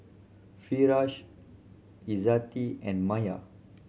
Firash Izzati and Maya